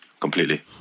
completely